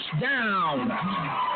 down